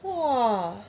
!wah!